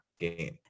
Game